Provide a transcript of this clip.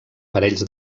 parells